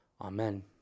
Amen